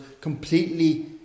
completely